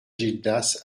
gildas